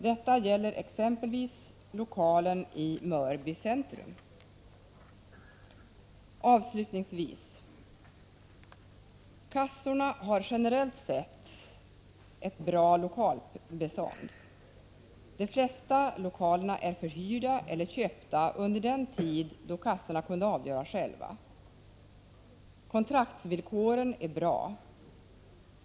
Detta gäller exempelvis lokalen i Mörby centrum. Avslutningsvis: Kassorna har generellt sett ett bra lokalbestånd. De flesta lokaler är förhyrda eller köpta under den tid då kassorna kunde avgöra själva. Kontraktsvillkoren är bra.